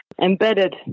embedded